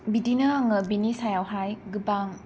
बिदिनो आङो बिनि सायावहाय गोबां